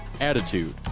Attitude